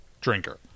drinker